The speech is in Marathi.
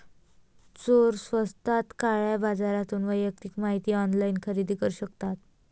चोर स्वस्तात काळ्या बाजारातून वैयक्तिक माहिती ऑनलाइन खरेदी करू शकतात